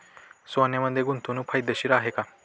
सोन्यामध्ये गुंतवणूक फायदेशीर आहे का?